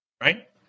right